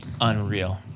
unreal